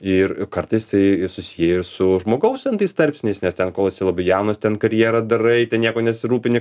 ir kartais tai ir susiję su žmogaus ten tais tarpsniais nes ten kol esi labai jaunas ten karjerą darai tai niekuo nesirūpini